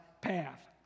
path